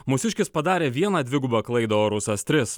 mūsiškis padarė vieną dvigubą klaidą o rusas tris